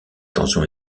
tension